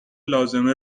لازمه